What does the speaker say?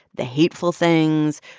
the hateful things,